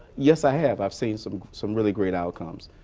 yes i have. i've seen some some really great outcomes.